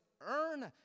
earn